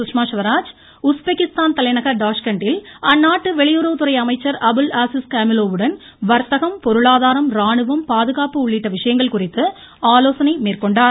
Sushma Swaraj Uzbekistan தலைநகர் டாஷ்கண்டில் அந்நாட்டு வெளியுறவுத்துறை அமைச்சர் அபுல் ஆஸிஸ் காமிலோவ் உடன் வர்த்தகம் பொருளாதாரம் ராணுவம் மற்றும் பாதுகாப்பு உள்ளிட்ட விஷயங்கள் குறித்து ஆலோசனை மேற்கொண்டார்